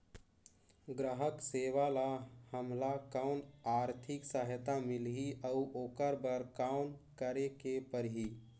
ग्राम सेवक ल हमला कौन आरथिक सहायता मिलही अउ ओकर बर कौन करे के परही?